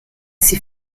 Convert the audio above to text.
sie